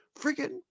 freaking